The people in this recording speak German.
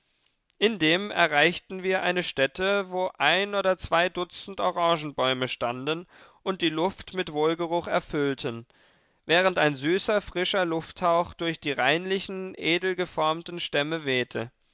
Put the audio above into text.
indem erreichten wir eine stätte wo ein oder zwei dutzend orangenbäume standen und die luft mit wohlgeruch erfüllten während ein süßer frischer lufthauch durch die reinlichen edelgeformten stämme wehte